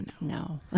no